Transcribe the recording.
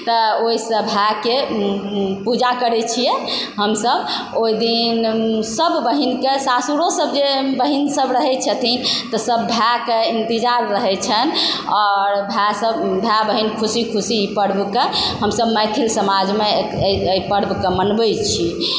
तऽ ओहिसँ भायके पूजा करै छियै हम सब ओहि दिन सब बहिनके सासुरो जे बहिन सब रहै छथिन तऽ सब भायकेँ इन्तजार रहै छनि आओर भाय सब भाय बहिन खुशी खुशी पर्वके हम सब मैथिल समाजमे एहि पर्वके मनाबै छी